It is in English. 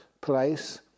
place